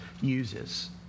uses